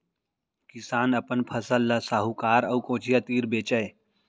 किसान अपन फसल ल साहूकार अउ कोचिया तीर बेचय